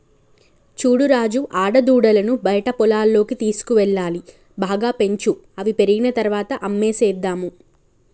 చూడు రాజు ఆడదూడలను బయట పొలాల్లోకి తీసుకువెళ్లాలి బాగా పెంచు అవి పెరిగిన తర్వాత అమ్మేసేద్దాము